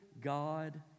God